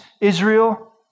Israel